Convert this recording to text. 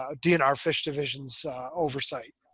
ah dnr fish division's oversight.